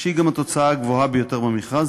שהיא גם התוצאה הגבוהה ביותר במכרז,